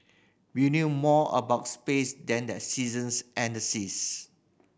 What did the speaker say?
we knew more about space than the seasons and the seas